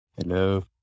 hello